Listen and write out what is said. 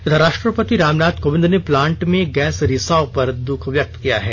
इधर राष्ट्रपति रामनाथ कोविंद ने प्लांट में गैस रिसाव पर द्ख व्यक्त किया है